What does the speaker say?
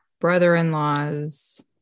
brother-in-law's